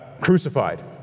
crucified